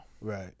Right